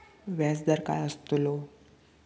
व्याज दर काय आस्तलो?